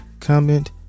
comment